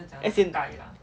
as in